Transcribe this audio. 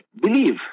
believe